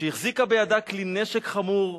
שהחזיקה בידה כלי נשק חמור,